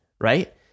right